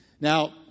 Now